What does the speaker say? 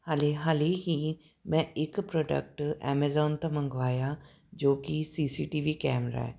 ਹਾਲੇ ਹਾਲੇ ਹੀ ਮੈਂ ਇੱਕ ਪ੍ਰੋਡਕਟ ਐਮੇਜ਼ੋਨ ਤੋਂ ਮੰਗਵਾਇਆ ਜੋ ਕਿ C C T V camera